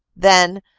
then,